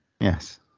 Yes